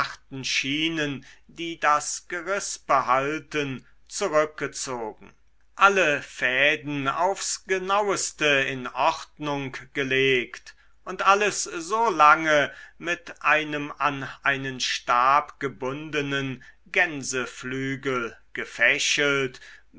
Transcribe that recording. schienen die das gerispe halten zurückgezogen alle fäden aufs genaueste in ordnung gelegt und alles so lange mit einem an einen stab gebundenen gänseflügel